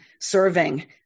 serving